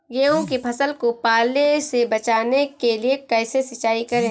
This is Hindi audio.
गेहूँ की फसल को पाले से बचाने के लिए कैसे सिंचाई करें?